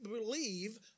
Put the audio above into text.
believe